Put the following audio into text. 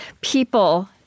People